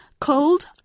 cold